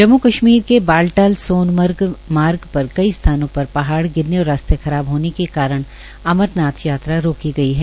जम्मू कश्मीर के बालटाल सोनमार्ग पर कई स्थानों पर पहाड़ गिरने और रास्ते खराब होने के कारण अमरनाथ यात्रा रोकी गई है